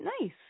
Nice